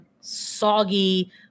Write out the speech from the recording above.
soggy